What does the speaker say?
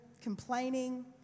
complaining